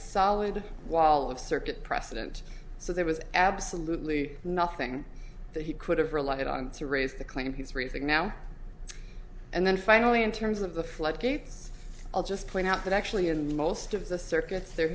solid wall of circuit precedent so there was absolutely nothing that he could have relied on to raise the claim he's raising now and then finally in terms of the floodgates i'll just point out that actually in most of the circuits there